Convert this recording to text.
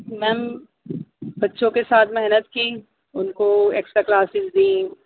میم بچوں کے ساتھ محنت کی ان کو ایکسٹرا کلاسیز دیں